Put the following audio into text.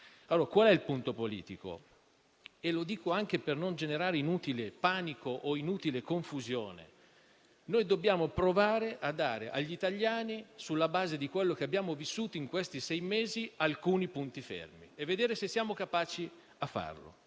questa informativa urgente. Lo dico anche per non generare inutile panico o confusione. Dobbiamo provare a dare agli italiani, sulla base di quanto abbiamo vissuto in questi sei mesi, alcuni punti fermi e vedere se siamo capaci di farlo.